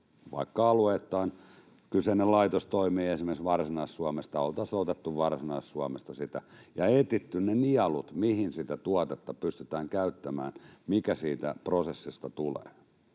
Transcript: vaikka alueittain. Jos kyseinen laitos toimii esimerkiksi Varsinais-Suomessa, oltaisiin otettu Varsinais-Suomesta sitä ja etsitty ne nielut, mihin sitä tuotetta pystytään käyttämään, mikä siitä prosessista tulee.